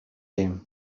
dir